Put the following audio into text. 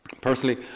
Personally